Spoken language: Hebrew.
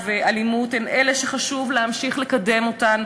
ואלימות הן אלה שחשוב להמשיך לקדם אותן,